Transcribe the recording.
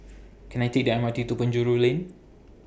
Can I Take The M R T to Penjuru Lane